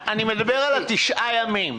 אני מדבר על תשעת הימים.